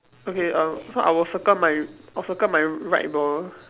okay um so I will circle my I'll circle my right ball